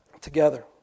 together